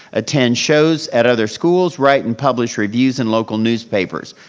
attend shows at other schools, write and publish reviews in local newspapers.